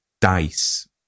dice